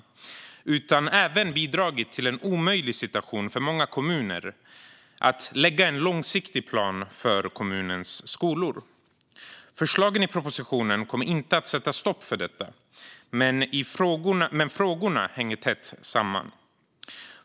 Den har även bidragit till att göra det omöjligt för många kommuner att lägga en långsiktig plan för kommunens skolor. Förslagen i propositionen kommer inte att sätta stopp för detta, men frågorna hänger tätt samman.